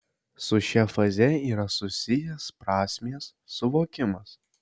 su šia faze yra susijęs prasmės suvokimas